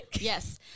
Yes